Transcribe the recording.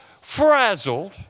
frazzled